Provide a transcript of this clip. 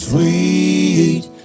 Sweet